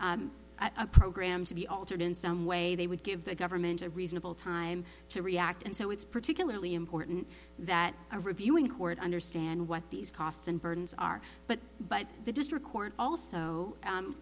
a program to be altered in some way they would give the government a reasonable time to react and so it's particularly important that a reviewing court understand what these costs and burdens are but but the district court also